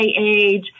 age